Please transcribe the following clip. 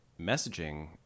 messaging